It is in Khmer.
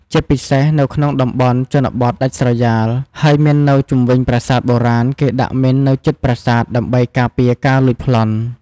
ជាពិសេសនៅក្នុងតំបន់ជនបទដាច់ស្រយាល ហើយមាននៅជុំវិញប្រាសាទបុរាណ គេដាក់មីននៅជិតប្រាសាទដើម្បីការពារការលួចប្លន់។